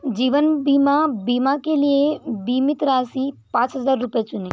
जीवन बीमा बीमा के लिए बीमित राशि पाँच हजार रुपये चुनें